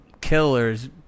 killers